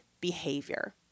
behavior